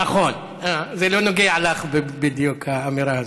נכון, זה לא נוגע לך בדיוק, האמירה הזאת.